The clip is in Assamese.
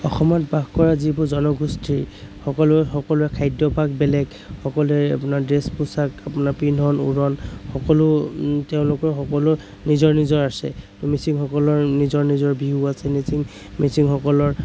অসমত বাস কৰা যিবোৰ জনগোষ্ঠী সকলোৰে সকলোৰে খাদ্য়ভাস বেলেগ সকলোৰে আপোনাৰ ড্ৰেচ পোছাক আপোনাৰ পিন্ধন উৰণ সকলো তেওঁলোকৰ সকলো নিজৰ নিজৰ আছে মিচিঙসকলৰ নিজৰ নিজৰ বিহু আছে মিচিং মিচিঙসকলৰ